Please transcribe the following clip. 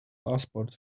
passport